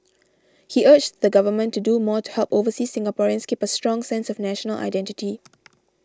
he urged the Government to do more to help overseas Singaporeans keep a strong sense of national identity